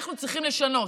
אנחנו צריכים לשנות.